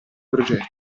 progetto